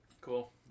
Cool